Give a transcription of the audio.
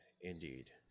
indeed